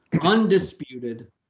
undisputed